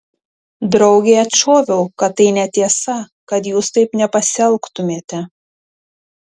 draugei atšoviau kad tai netiesa kad jūs taip nepasielgtumėte